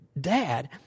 dad